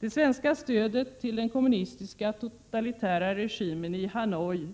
Det svenska stödet till den kommunistiska totalitära regimen i Hanoi